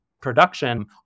production